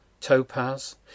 topaz